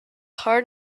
heart